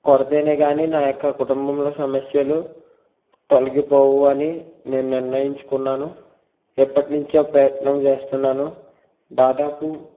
కొడితేనే కానీ నా యొక్క కుటుంబంలో సమస్యలు తొలగిపోవు అని నేను నిర్ణయించుకున్నాను ఎప్పట్నుంచో ప్రయత్నం చేస్తున్నాను దాదాపు